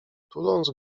tuląc